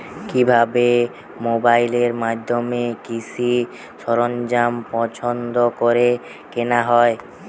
কিভাবে মোবাইলের মাধ্যমে কৃষি সরঞ্জাম পছন্দ করে কেনা হয়?